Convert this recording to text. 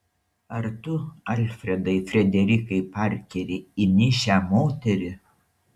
ar tu alfredai frederikai parkeri imi šią moterį